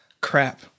crap